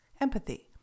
empathy